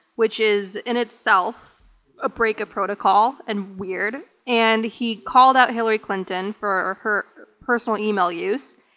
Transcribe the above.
which is in itself a break of protocol and weird, and he called out hillary clinton for her personal email use.